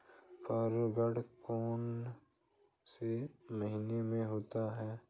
परागण कौन से महीने में होता है?